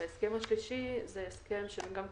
ההסכם השלישי הוא הסכם לגבי